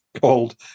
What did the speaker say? called